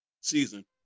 season